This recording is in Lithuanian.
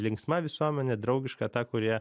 linksma visuomenė draugiška ta kurioje